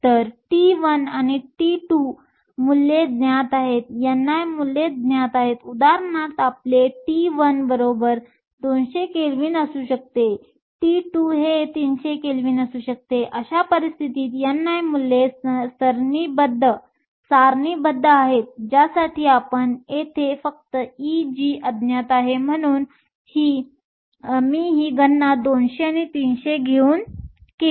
तर T1 आणि T2 मूल्ये ज्ञात आहेत ni मूल्ये ज्ञात आहेत उदाहरणार्थ आपले T1 200 केल्विन असू शकते T2 300 केल्विन असू शकते अशा परिस्थितीत ni मूल्ये सारणीबद्ध आहेत ज्यासाठी आपण येथे फक्त Eg अज्ञात आहे म्हणून मी ही गणना 200 आणि 300 घेऊन केली